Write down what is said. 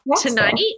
Tonight